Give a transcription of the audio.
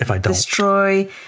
destroy